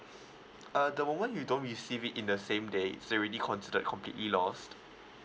uh the moment you don't receive it in the same day is already considered completely lost